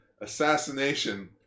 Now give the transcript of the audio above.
assassination